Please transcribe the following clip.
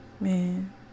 man